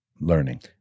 learning